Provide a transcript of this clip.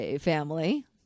family